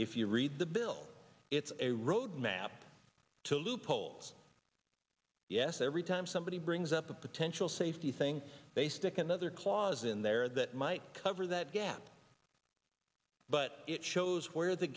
if you read the bill it's a road map to loopholes yes every time somebody brings up a potential safety thing they stick another clause in there that might cover that gap but it shows where the